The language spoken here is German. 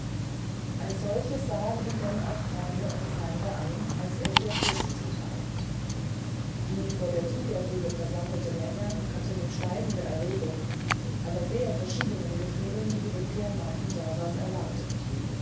als solches sahen ihn denn auch freund und feind an als er wieder zwischen sie trat die vor der tigerhöhle versammelte menge hatte mit steigender erregung aber sehr verschiedenen gefühlen die rückkehr mahimsasas erwartet